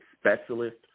specialist